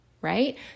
right